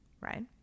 right